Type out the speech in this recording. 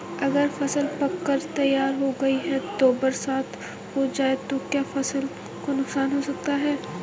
अगर फसल पक कर तैयार हो गई है और बरसात हो जाए तो क्या फसल को नुकसान हो सकता है?